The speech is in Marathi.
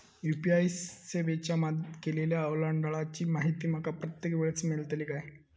यू.पी.आय च्या सेवेतून केलेल्या ओलांडाळीची माहिती माका प्रत्येक वेळेस मेलतळी काय?